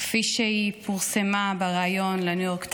כפי שהיא פורסמה בריאיון לניו יורק טיימס.